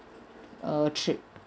err trip